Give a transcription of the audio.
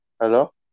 Hello